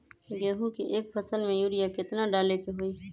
गेंहू के एक फसल में यूरिया केतना डाले के होई?